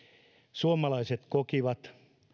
suomalaiset kokivat